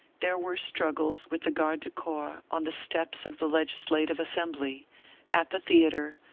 there were struggles with the garde du corps on the steps of the legislative assembly at the theater,